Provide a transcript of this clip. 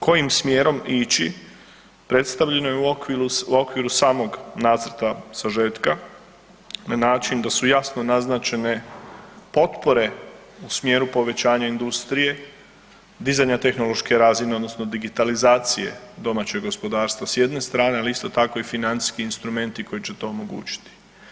Kojim smjerom ići, predstavljeno je u okviru samog nacrta sažetka na način da su jasno naznačene potpore u smjeru povećanja industrije, dizanja tehnološke razine odnosno digitalizacije domaćeg gospodarstva s jedne strane, ali isto tako i financijski instrumenti koji će to omogućiti.